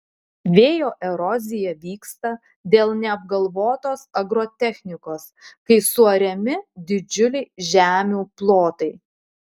vėjo erozija vyksta dėl neapgalvotos agrotechnikos kai suariami didžiuliai žemių plotai